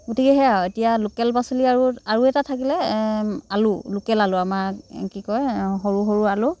গতিকে সেয়া আৰু এতিয়া লোকেল পাচলি আৰু আৰু এটা থাকিলে আলু লোকেল আলু আমাৰ কি কয় সৰু সৰু আলু